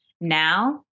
now